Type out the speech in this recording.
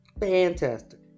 fantastic